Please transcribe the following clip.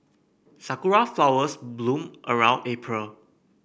sakura flowers bloom around April